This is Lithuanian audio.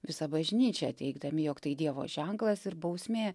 visą bažnyčią teigdami jog tai dievo ženklas ir bausmė